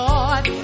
Lord